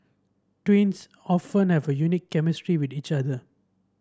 twins often have a unique chemistry with each other